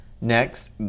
Next